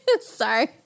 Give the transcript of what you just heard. Sorry